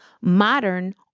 modern